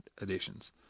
additions